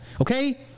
Okay